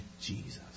Jesus